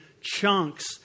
chunks